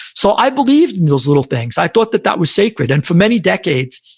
so i believed in those little things. i thought that that was sacred, and for many decades,